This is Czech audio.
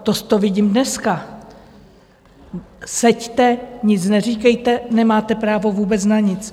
To vidím dneska: seďte, nic neříkejte, nemáte právo vůbec na nic.